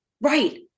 Right